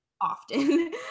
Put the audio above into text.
Often